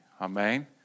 Amen